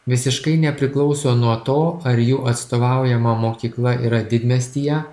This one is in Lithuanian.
visiškai nepriklauso nuo to ar jų atstovaujama mokykla yra didmiestyje